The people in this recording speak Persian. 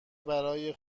برای